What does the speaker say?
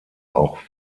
auch